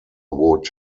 would